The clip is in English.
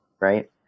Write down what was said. right